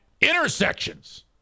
intersections